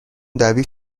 دوید